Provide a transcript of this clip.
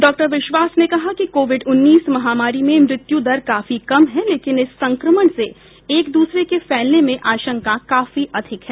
doctor Vishwas ने कहा कि कोविड उन्नीस महामारी में मृत्यु दर काफी कम है लेकिन इस संक्रमण के एक से दूसरे में फैलने की आशंका काफी अधिक है